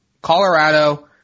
Colorado-